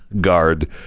guard